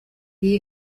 iyi